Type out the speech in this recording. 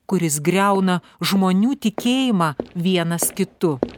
kuris griauna žmonių tikėjimą vienas kitu